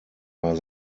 war